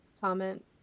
comment